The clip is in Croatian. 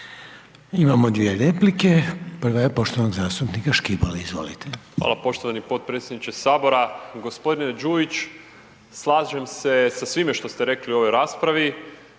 Imamo dvije replike. Prva je poštovanog zastupnika Škibole, izvolite. **Škibola, Marin (Nezavisni)** Hvala poštovani potpredsjedniče Sabora. G. Đujić, slažem se sa svime što ste rekli u ovoj raspravi,